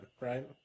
right